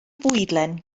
fwydlen